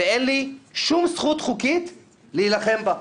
ואין לי שום זכות חוקית להילחם בה.